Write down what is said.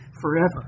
forever